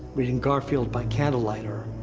reading garfield by candlelight, or.